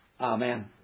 Amen